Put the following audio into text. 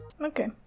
Okay